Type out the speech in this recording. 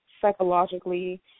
psychologically